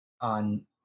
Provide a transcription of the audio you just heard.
on